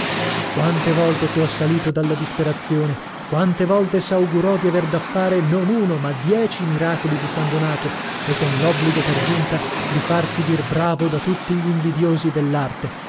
quante volte fu assalito dalla disperazione quante volte s'augurò di aver da fare non uno ma dieci miracoli di san donato e con l'obbligo per giunta di farsi dir bravo da tutti gl'invidiosi dell'arte